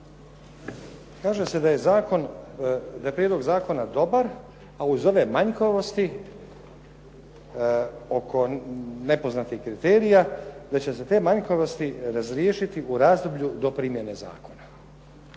zakon, da je prijedlog zakona dobar a uz ove manjkavosti oko nepoznatih kriterija, da će se te manjkavosti razriješiti u razdoblju do primjene zakona.